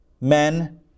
men